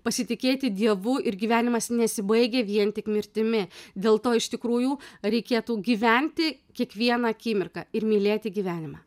pasitikėti dievu ir gyvenimas nesibaigia vien tik mirtimi dėl to iš tikrųjų reikėtų gyventi kiekvieną akimirką ir mylėti gyvenimą